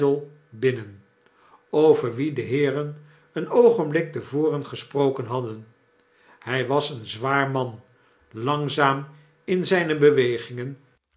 binnen over wien de heeren een oogenblik te voren gesproken hadden hy was een zwaar man langzaam in zy ne bewegingen